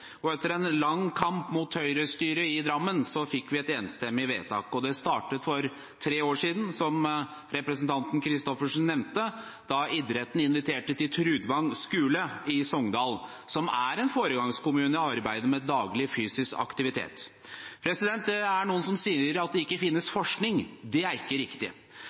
og etter en lang kamp mot Høyre-styret i Drammen, fikk vi et enstemmig vedtak. Det startet for tre år siden, som representanten Christoffersen nevnte, da idretten inviterte til Trudvang skule i Sogndal, som er en foregangskommune i arbeidet med daglig fysisk aktivitet. Det er noen som sier at det ikke finnes forskning. Det er ikke riktig.